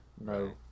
No